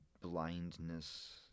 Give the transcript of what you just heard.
blindness